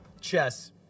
Chess